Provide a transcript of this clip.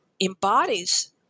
embodies